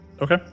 Okay